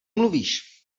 mluvíš